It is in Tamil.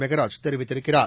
மெகராஜ் தெரிவித்திருக்கிறார்